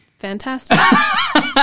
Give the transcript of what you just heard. fantastic